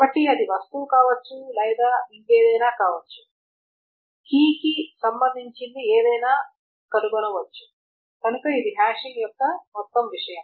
కాబట్టి అది వస్తువు కావచ్చు లేదా ఇంకేదైనా కావచ్చు కీ కి సంబంధించినది ఏదైనా కనుగొనవచ్చు కనుక ఇది హాషింగ్ యొక్క మొత్తం విషయం